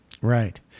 Right